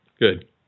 good